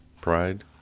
Pride